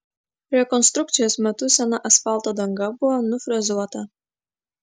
rekonstrukcijos metu sena asfalto danga buvo nufrezuota